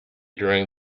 during